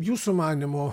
jūsų manymu